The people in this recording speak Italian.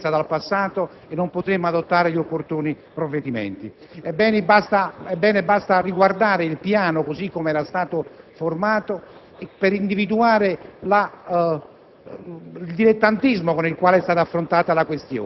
altrimenti non acquisiremmo esperienza dal passato e non potremmo adottare gli opportuni provvedimenti. Ebbene, basta riguardare il piano così come era stato formato per individuare il